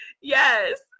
Yes